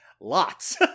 lots